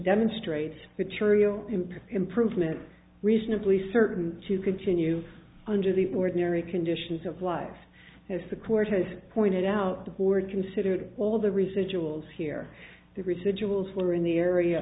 demonstrates material improvement reasonably certain to continue under the ordinary conditions of life as the court has pointed out the board considered all of the research jewels here the residuals were in the area